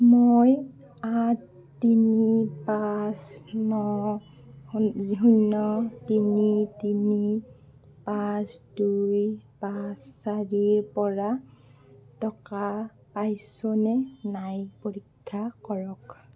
মই আঠ তিনি পাঁচ ন শূ্ণ্য তিনি তিনি পাঁচ দুই পাঁচ চাৰিৰ পৰা টকা পাইছোঁ নে নাই পৰীক্ষা কৰক